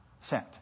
sent